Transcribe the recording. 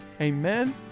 Amen